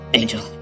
angel